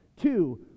Two